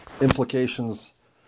implications